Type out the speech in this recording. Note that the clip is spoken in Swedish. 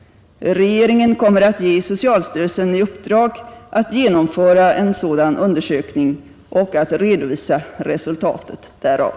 Regeringen kommer att ge socialstyrelsen i uppdrag att genomföra en sådan undersökning och att redovisa resultatet därav.